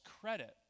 credit